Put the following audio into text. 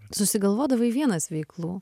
susigalvodavai vienas veiklų